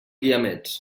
guiamets